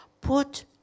put